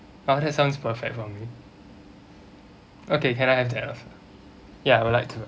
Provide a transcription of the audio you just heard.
oh that sounds perfect for me okay can I have that also ya I would like to